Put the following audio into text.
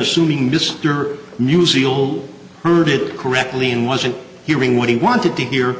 assuming mr musial heard it correctly and wasn't hearing what he wanted to hear